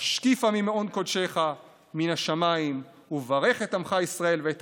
"השקיפה ממעון קדשך מן השמים וברך את עמך ישראל ואת